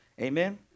Amen